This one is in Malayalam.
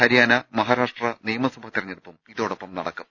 ഹരിയാന മഹാരാഷ്ട്ര നിയമസഭാ തിരഞ്ഞെടുപ്പും ഇതോടൊപ്പം നടക്കും